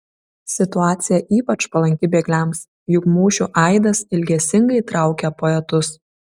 situacija ypač palanki bėgliams juk mūšių aidas ilgesingai traukia poetus